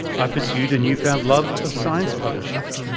i pursued a newfound love of science publishing.